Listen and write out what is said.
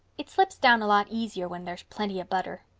it slips down a lot easier when there's plenty of butter.